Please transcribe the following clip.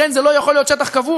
לכן זה לא יכול להיות שטח כבוש.